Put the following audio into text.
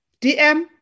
DM